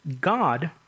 God